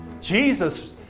Jesus